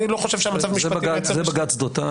אני לא חושב שהמצב המשפטי --- זה בג"ץ דותן